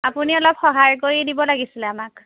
আপুনি অলপ সহায় কৰি দিব লাগিছিলে আমাক